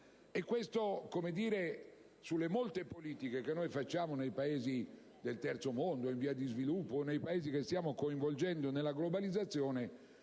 Questo nelle molte politiche che attuiamo nei Paesi del Terzo mondo, in via di sviluppo, nei Paesi che stiamo coinvolgendo nella globalizzaione